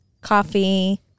coffee